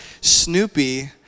Snoopy